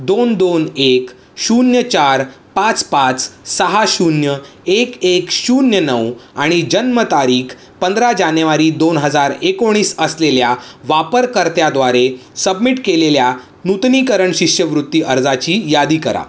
दोन दोन एक शून्य चार पाच पाच सहा शून्य एक एक शून्य नऊ आणि जन्मतारीख पंधरा जानेवारी दोन हजार एकोणीस असलेल्या वापरकर्त्याद्वारे सबमिट केलेल्या नूतनीकरण शिष्यवृत्ती अर्जाची यादी करा